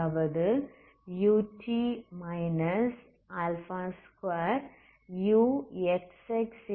அதாவது ut 2uxx0